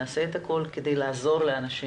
נעשה את הכל כדי לעזור לאנשים,